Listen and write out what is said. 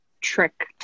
trick